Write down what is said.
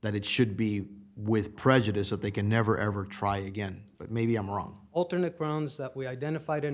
that it should be with prejudice that they can never ever try again but maybe i'm wrong alternate grounds that we identified in